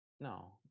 no